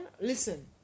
listen